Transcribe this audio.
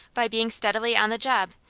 by being steadily on the job,